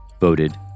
voted